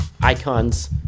icons